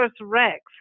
Rex